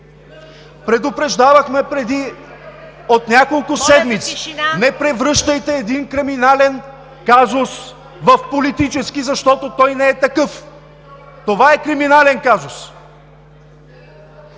Предупреждавахме от няколко седмици – не превръщайте един криминален казус в политически, защото той не е такъв. Това е криминален казус!